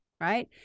right